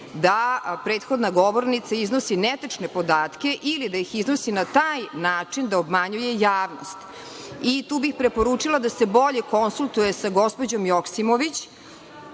da prethodna govornica iznosi netačne podatke, ili da ih iznosi na taj način da obmanjuje javnost. Tu bih preporučila da se bolje konsultuje sa gospođom Joksimović,